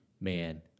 Man